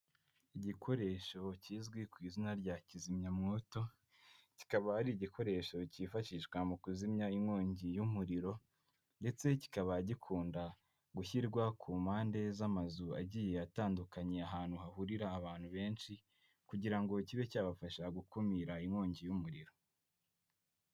Igikoresho kizwi ku izina rya kizimyamwoto, kikaba ari igikoresho cyifashishwa mu kuzimya inkongi y'umuriro ndetse kikaba gikunda gushyirwa ku mpande z'amazu agiye atandukanye ahantu hahurira abantu benshi, kugira ngo kibe cyabafasha gukumira inkongi y'umuriro.